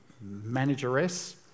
manageress